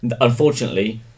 unfortunately